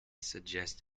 suggest